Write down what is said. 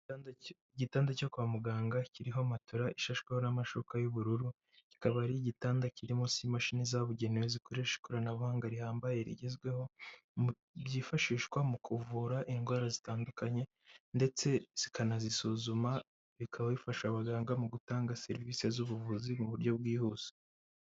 Igitanda cyo kwa muganga kiriho matola ishashweho amashuka y'ubururu, kikaba ari igitanda kirimo imashini zabugenewe zikoresha ikoranabuhanga rihambaye rigezweho byifashishwa mu kuvura indwara zitandukanye ndetse zikanazisuzuma bikaba bifasha abaganga mu gutanga serivisi z'ubuvuzi mu buryo bwihuse.